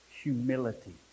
humility